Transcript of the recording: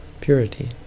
purity